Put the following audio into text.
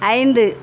ஐந்து